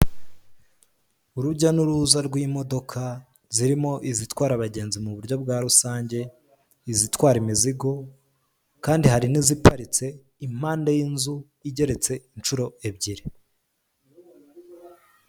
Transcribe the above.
Urujya n'uruza rw'imodoka zirimo; izitwara abagenzi muburyo bwa rusange, izitwara imizigo, kandi hari n'iziparitse impande y'inzu igeretse inshuro ebyiri.